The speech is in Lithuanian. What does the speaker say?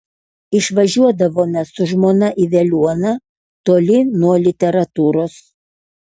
išvažiuodavome su žmona į veliuoną toli nuo literatūros